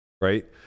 right